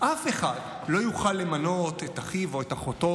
אף אחד לא יוכל למנות את אחיו או את אחותו,